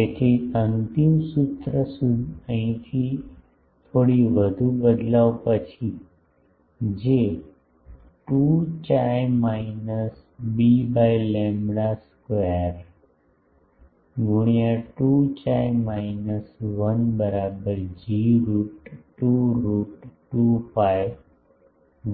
તેથી અંતિમ સૂત્ર અહીંથી થોડી વધુ બદલાવ પછી છે 2 chi minus B by lambda square ગુણ્યાં 2 chi માઈનસ 1 બરાબર જી રુટ 2 રુટ 2 pi